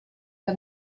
que